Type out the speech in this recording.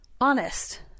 honest